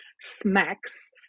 smacks